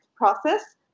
process